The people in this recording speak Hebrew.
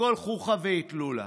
הכול חוכא ואטלולא.